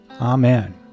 Amen